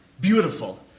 Beautiful